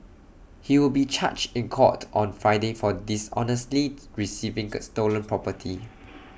he will be charged in court on Friday for dishonestly receiving can stolen property